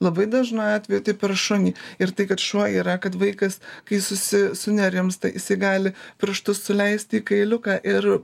labai dažnu atveju tai per šunį ir tai kad šuo yra kad vaikas kai susi sunerimsta jisai gali pirštus suleisti į kailiuką ir